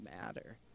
matter